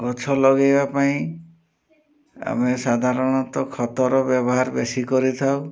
ଗଛ ଲଗେଇବା ପାଇଁ ଆମେ ସାଧାରଣତଃ ଖତର ବ୍ୟବହାର ବେଶୀ କରିଥାଉ